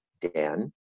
Dan